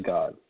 God